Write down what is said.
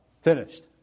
Finished